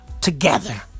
together